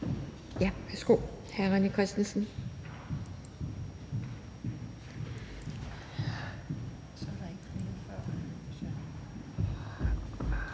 og værsgo.